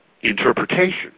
interpretation